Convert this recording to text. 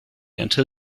until